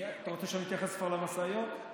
זה מה ששאלתי